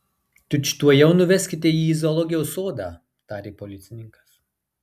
tučtuojau nuveskite jį į zoologijos sodą tarė policininkas